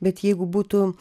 bet jeigu būtų